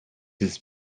his